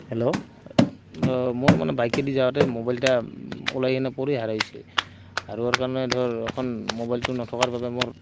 hello মোৰ মানে বাইকে দি যাওঁতে মোবাইল এটা ওলাই কেনে পৰি হেৰাইছে হেৰুৱাৰ কাৰণে ধৰ এখন মোবাইলটো নথকাৰ বাবে মোৰ